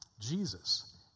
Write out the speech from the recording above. Jesus